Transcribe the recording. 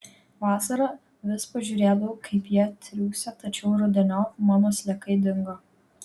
vasarą vis pažiūrėdavau kaip jie triūsia tačiau rudeniop mano sliekai dingo